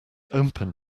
open